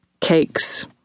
cakes